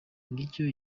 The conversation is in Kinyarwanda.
ngicyo